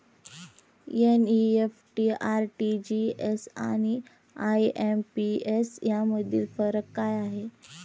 NEFT, RTGS आणि IMPS यामधील फरक काय आहे?